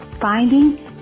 Finding